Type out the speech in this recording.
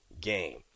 game